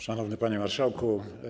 Szanowny Panie Marszałku!